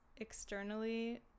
externally